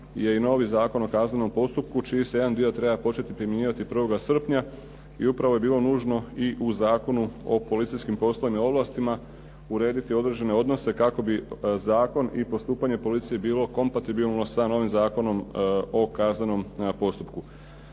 je i novi Zakon o kaznenom postupku čiji se jedan dio treba početi primjenjivati 1. srpnja i upravo je bilo nužno i u Zakonu o policijskim poslovima i ovlastima urediti određene odnose kako bi zakon i postupanje policije bilo kompatibilno sa novim Zakonom o kaznenom postupku.